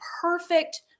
perfect